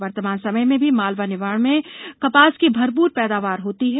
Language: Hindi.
वर्तमान समय में भी मालवा निमाड़ में कपास की भरपूर पैदावार होती है